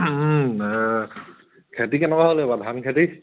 খেতি কেনেকুৱা হ'ল এইবাৰ ধান খেতি